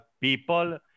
people